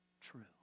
true